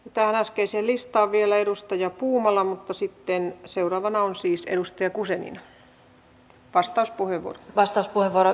tuohon äskeiseen listaan vielä edustaja puumala mutta sitten seuraavana on siis edustaja guzenina vastauspuheenvuoro